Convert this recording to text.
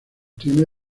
tiene